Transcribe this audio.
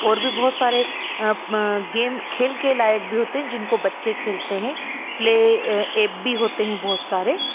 और भी बहुत सारे गेम खेल के लायक भी होते हैं जिनको बच्चे खेलते हैं प्ले एप होते हैं बहुत सारे